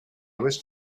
wish